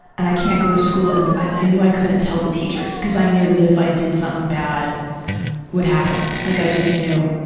and i can't go to school. and i knew i couldn't tell the teachers cause i knew that if i did something bad would happen. like i just knew.